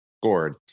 scored